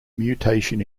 mutation